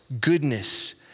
goodness